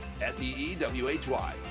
s-e-e-w-h-y